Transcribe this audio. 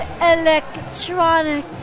electronic